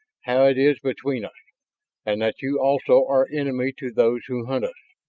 how it is between us and that you also are enemy to those who hunt us.